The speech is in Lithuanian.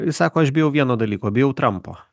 jis sako aš bijau vieno dalyko bijau trampo